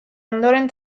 ondoren